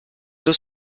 deux